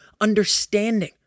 understanding